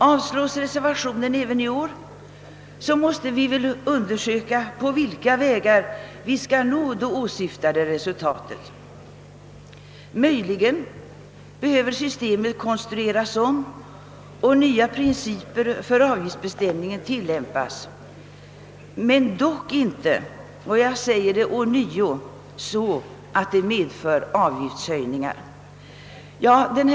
Avslås reservationen även i år, måste vi väl undersöka på vilka vägar vi skall kunna nå det åsyftade resultatet. Möjligen behöver systemet konstrueras om och nya principer för avgiftsbestämningen tilläm pas, dock inte -— jag upprepar det ånyo — så att avgiftshöjningar blir följden.